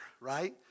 right